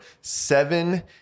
seven